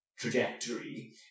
Trajectory